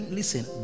listen